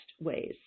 ways